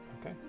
Okay